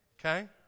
Okay